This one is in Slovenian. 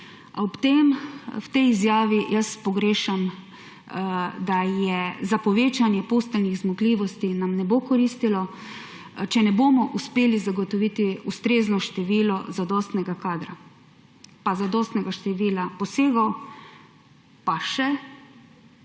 a v tej izjavi jaz pogrešam – povečanje posteljnih zmogljivosti nam ne bo koristilo, če ne bomo uspeli zagotoviti ustreznega števila zadostnega kadra pa zadostnega števila posegov pa še